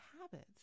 habits